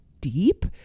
deep